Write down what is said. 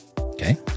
okay